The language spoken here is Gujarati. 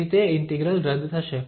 તેથી તે ઇન્ટિગ્રલ રદ થશે